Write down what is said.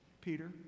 Peter